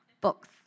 books